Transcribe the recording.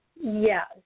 Yes